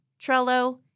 Trello